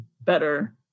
better